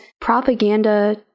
propaganda